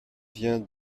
vient